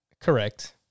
Correct